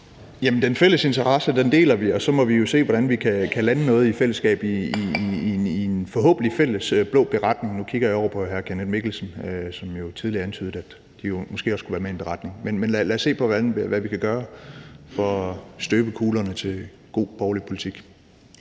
den fælles interesse deler vi jo, og så må vi se, hvordan vi kan lande noget i fællesskab i en forhåbentlig fælles blå beretning – nu kigger jeg over på hr. Kenneth Mikkelsen, som jo tidligere antydede, at de måske også kunne være med i en beretning. Men lad os se på, hvad vi kan gøre for at støbe kuglerne til god borgerlig politik.